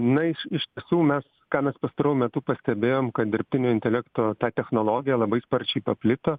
na iš iš tiesų mes ką mes pastaruoju metu pastebėjom kad dirbtinio intelekto ta technologija labai sparčiai paplito